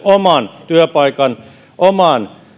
oman työpaikan oman